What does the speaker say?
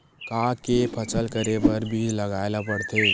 का के फसल करे बर बीज लगाए ला पड़थे?